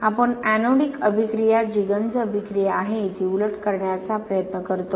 आपणएनोडिकअभिक्रिया जी गंज अभिक्रिया आहे ती उलट करण्याचा प्रयत्न करतो